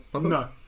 No